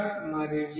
మరియు m6